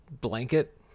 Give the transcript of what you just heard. blanket